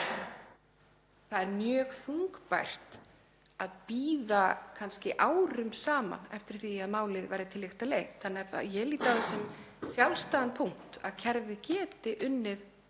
þá er mjög þungbært að bíða kannski árum saman eftir því að málið verði til lykta leitt. Þannig að ég lít á það sem sjálfstæðan punkt að kerfið geti unnið